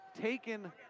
taken